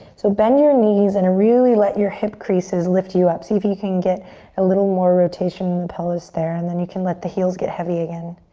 so bend your knees and really let your hip creases lift you up, see if you can get a little more rotation pelvis there, and then you can let the heels get heavy again.